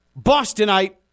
Bostonite